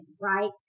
right